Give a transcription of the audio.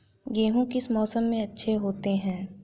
गेहूँ किस मौसम में अच्छे होते हैं?